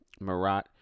Marat